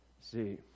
See